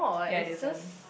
ya it isn't